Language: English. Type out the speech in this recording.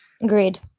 Agreed